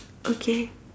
okay